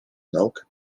naukę